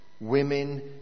Women